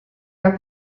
are